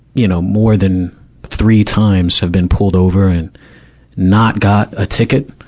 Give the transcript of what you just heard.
you know, more than three times have been pulled over and not got a ticket,